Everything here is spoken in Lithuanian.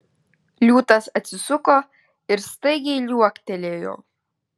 liūtas atsisuko ir staigiai liuoktelėjo